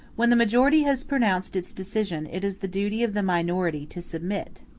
when the majority has pronounced its decision, it is the duty of the minority to submit.